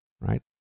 right